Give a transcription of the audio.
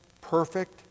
perfect